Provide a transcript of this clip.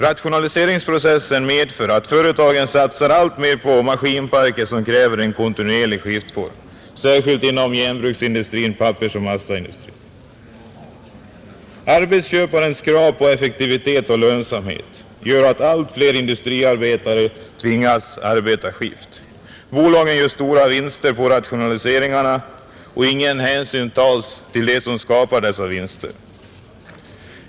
Rationaliseringsprocessen medför att företagen satsar allt mer på maskinparker som kräver en kontinuerlig skiftform, särskilt inom järnbruksindustrin och pappersoch massaindustrin. Arbetsköparens krav på effektivitet och lönsamhet gör att allt fler industriarbetare tvingas arbeta i skift. Bolagen gör stora vinster på rationaliseringarna men ingen hänsyn tas till dem som skapar dessa vinster.